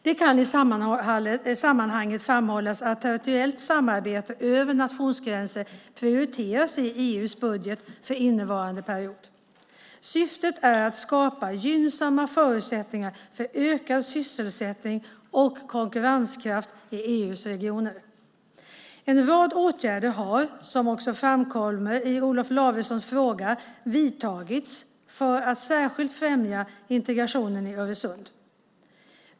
Det kan i sammanhanget framhållas att territoriellt samarbete över nationsgränser prioriteras i EU:s budget för innevarande period. Syftet är att skapa gynnsamma förutsättningar för ökad sysselsättning och konkurrenskraft i EU:s regioner. En rad åtgärder har, som också framkommer i Olof Lavessons fråga, vidtagits för att särskilt främja integrationen i Öresund.